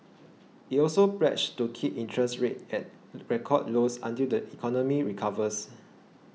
it also pledged to keep interest rates at record lows until the economy recovers